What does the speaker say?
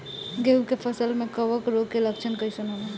गेहूं के फसल में कवक रोग के लक्षण कइसन होला?